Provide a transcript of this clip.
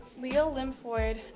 lymphoid